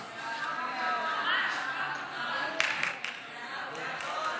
חוק הבטחת הכנסה (תיקון מס' 49),